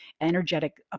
energetic